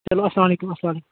چلو اَسلام علیکُم اَسلام علیکُم